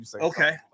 okay